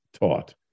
taught